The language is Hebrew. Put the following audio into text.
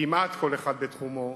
כמעט כל אחד בתחומו,